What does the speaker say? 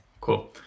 Cool